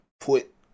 put